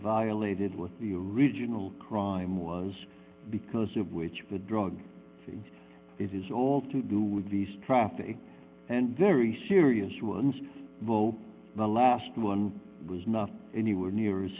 violated with the original crime was because of which the drug thing is all to do with this traffic and very serious ones though the last one was not anywhere near